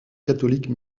catholique